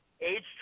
age